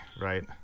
Right